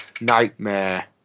nightmare